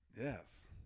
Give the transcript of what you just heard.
yes